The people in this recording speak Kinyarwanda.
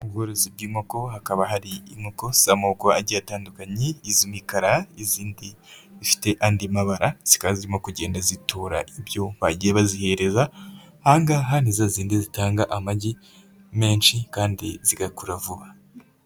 Ubworozi bw'inkoko hakaba hari inkoko z'amoko agiye atandukanye iz'imikara izindi zifite andi mabara, zikaba zirimo kugenda zitora ibyo bagiye bazihereza, aha ngaha ni za zindi zitanga amagi menshi kandi zigakura vuba.